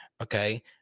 Okay